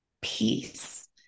peace